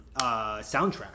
soundtrack